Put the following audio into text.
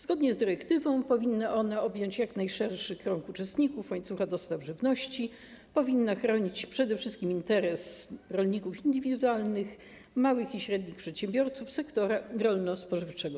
Zgodnie z dyrektywą powinna ona objąć jak najszerszy krąg uczestników łańcucha dostaw żywności, powinna chronić przede wszystkim interes rolników indywidualnych, małych i średnich przedsiębiorców sektora rolno-spożywczego.